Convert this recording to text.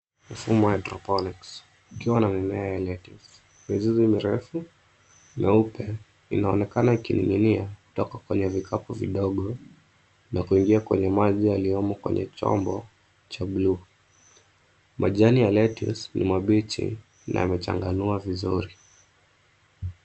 Mfumo ya hydroponics ikiwa na mimea ya lettuce mizizi mirefu mieupe inaonekana ikininginia kutoka kwenye vikapu vidogo na kuingia kwenye maji yaliyomo kwenye chombo cha bluu. Majani ya lettuce ni mabichi na yamechanganua vizuri.